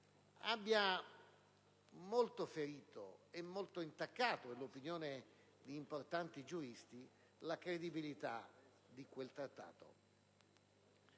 abbia molto ferito e intaccato nell'opinione di importanti giuristi la credibilità di quel Trattato.